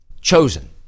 chosen